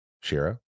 Shira